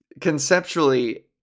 conceptually